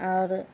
आओर